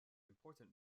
important